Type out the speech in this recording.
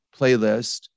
playlist